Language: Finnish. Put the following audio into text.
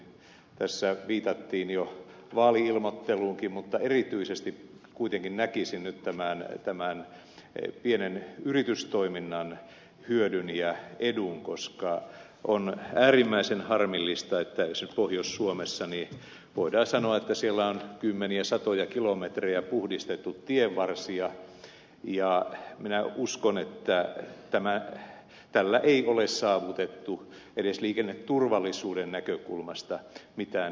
tässä viitattiin jo vaali ilmoitteluunkin mutta erityisesti kuitenkin näkisin nyt tämän pienen yritystoiminnan hyödyn ja edun koska on äärimmäisen harmillista että esimerkiksi pohjois suomessa voidaan sanoa on kymmeniä satoja kilometrejä puhdistettu tienvarsia ja minä uskon että tällä ei ole saavutettu edes liikenneturvallisuuden näkökulmasta mitään erityistä hyötyä